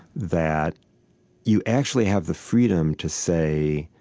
that you actually have the freedom to say,